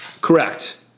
Correct